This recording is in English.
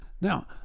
Now